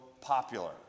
popular